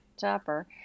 Chopper